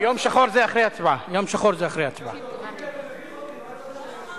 ההודעה שלך, חבר הכנסת חנין,